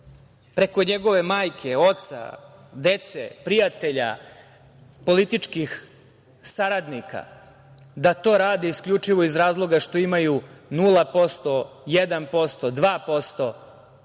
preko njegove majke, oca, dece, prijatelja, političkih saradnika, da to rade isključivo iz razloga što imaju 0%, 1%, 2%,